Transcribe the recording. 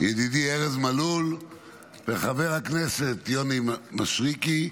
ידידי ארז מלול וחבר הכנסת יוני מישרקי,